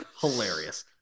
Hilarious